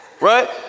Right